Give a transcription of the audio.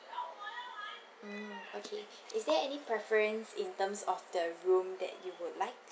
mm okay is there any preference in terms of the room that you would like